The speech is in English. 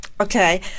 Okay